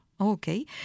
okay